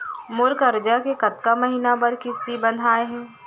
मोर करजा के कतका महीना बर किस्ती बंधाये हे?